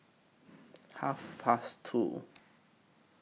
Half Past two